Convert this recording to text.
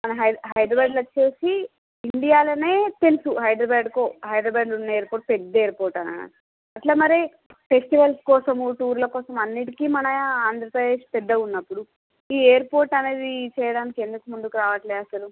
మన హైదరాబాద్ లో వచ్చేసి ఇండియాలోనే తెలుసు హైదరాబాద్ కో హైదరాబాద్ లో ఉన్న ఎయిర్పోర్ట్ పెద్ద ఎయిర్పోర్ట్ అట్లా మరి ఫెస్టివల్స్ కోసము టూర్ల కోసము అన్నిటికి మన ఆంధ్రప్రదేశ్ పెద్దగా ఉన్నప్పుడు ఈ ఎయిర్పోర్ట్ అనేది చేయడానికి ఎందుకు ముందుకు రావట్లేదు అసలు